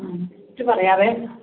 ആ ലിസ്റ്റ് പറയാം